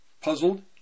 puzzled